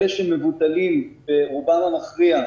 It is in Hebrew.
אלה שמובטלים, רובם המכריע,